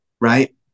Right